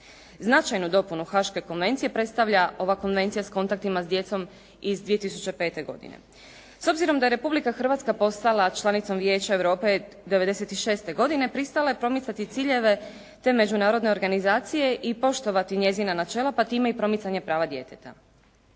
Značajnu dopunu haaške konvencije predstavlja ova konvencija s kontaktima s djecom iz 2005. godine. S obzirom da je Republika Hrvatska postala članicom Vijeća Europe 96. godine, pristala je promicati ciljeve te međunarodne organizacije i poštovati njezina načela pa time i promicanje prava djeteta.